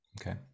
Okay